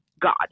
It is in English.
God